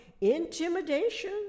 intimidation